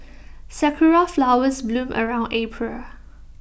Sakura Flowers bloom around April